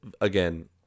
Again